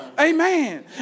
Amen